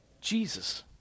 Jesus